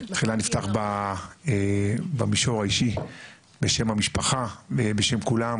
תחילה נפתח במישור האישי בשם המשפחה בשם כולם,